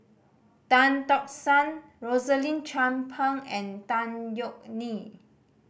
Tan Tock San Rosaline Chan Pang and Tan Yeok Nee